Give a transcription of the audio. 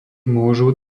môžu